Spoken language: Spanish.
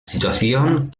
situación